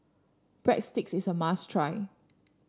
breadsticks is a must try